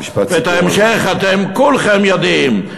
ואת ההמשך אתם כולכם יודעים.